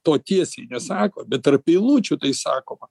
to tiesiai nesako bet tarp eilučių tai sakoma